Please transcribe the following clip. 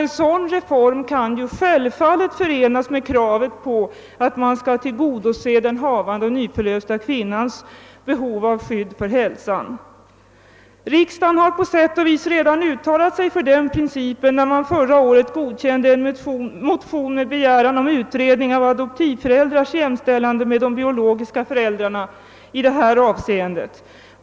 En sådan reform kan självfallet förenas med kravet på att den havande och nyförlösta kvinnans hälsa skall skyddas. Riksdagen har på sätt och vis redan uttalat sig för den principen. Förra året antogs nämligen en motion med begäran om utredning av adoptivföräldrars jämställande med de biologiska föräldrarna i detta avseende.